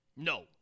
No